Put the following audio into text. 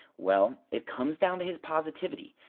well, it comes down to his positivity.